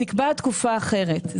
נקבעה תקופה אחרת.